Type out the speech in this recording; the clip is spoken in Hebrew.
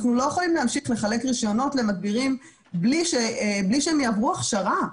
אנחנו לא יכולים להמשיך לחלק רישיונות למדבירים בלי שהם יעברו הכשרה.